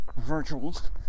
virtuals